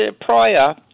prior